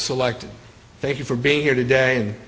selected thank you for being here today